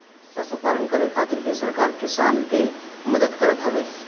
पशुपालन करे खातिर भी सरकार किसान के मदद करत हवे